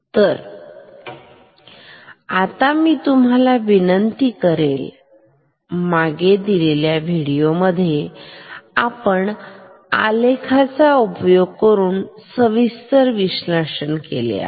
तर आता मी तुम्हाला विनंती करेल मागे दिलेल्या व्हिडिओ मध्ये आपण आलेखचा उपयोग करून सविस्तर विश्लेषण केले आहे